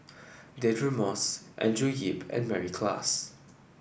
Deirdre Moss Andrew Yip and Mary Klass